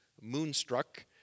moonstruck